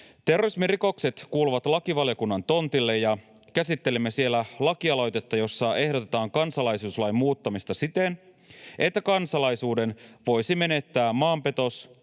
Terrorismirikokset kuuluvat lakivaliokunnan tontille, ja käsittelimme siellä lakialoitetta, jossa ehdotetaan kansalaisuuslain muuttamista siten, että kansalaisuuden voisi menettää maanpetos-,